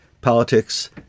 politics